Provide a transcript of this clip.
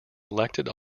elected